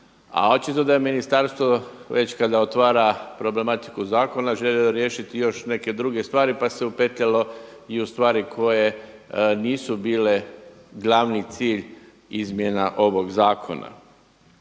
a očito da je ministarstvo već kada otvara problematiku zakona želi riješiti i još neke druge stvari, pa se upetljalo i u stvari koje nisu bile glavni cilj izmjena ovog zakona.